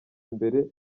imbere